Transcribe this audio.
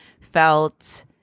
felt